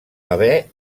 haver